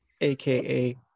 aka